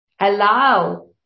allow